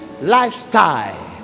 lifestyle